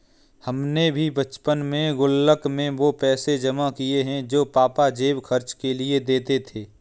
हमने भी बचपन में गुल्लक में वो पैसे जमा किये हैं जो पापा जेब खर्च के लिए देते थे